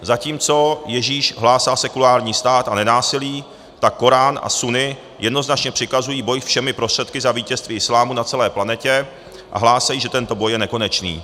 Zatímco Ježíš hlásal sekulární stát a nenásilí, tak korán a sunni jednoznačně přikazují boj všemi prostředky za vítězství islámu na celé planetě a hlásají, že tento boj je nekonečný.